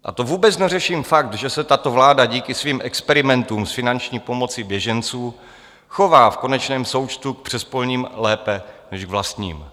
A to vůbec neřeším fakt, že se tato vláda díky svým experimentům s finanční pomocí běžencům chová v konečném součtu k přespolním lépe než k vlastním.